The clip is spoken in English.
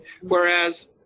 Whereas